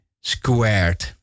squared